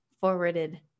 forwarded